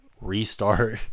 restart